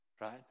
Right